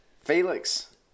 Felix